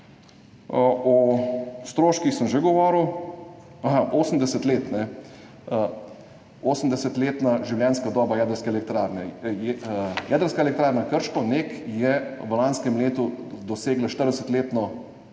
O stroških sem že govoril. Aha, 80 let, 80-letna življenjska doba jedrske elektrarne. Jedrska elektrarna Krško NEK je v lanskem letu dosegla 40 let